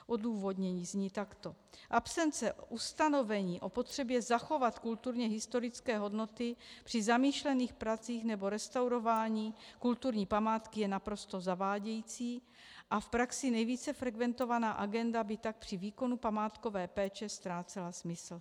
Odůvodnění zní takto: Absence ustanovení o potřebě zachovat kulturně historické hodnoty při zamýšlených pracích nebo restaurování kulturní památky je naprosto zavádějící a v praxi nejvíce frekventovaná agenda by tak při výkonu památkové péče ztrácela smysl.